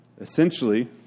Essentially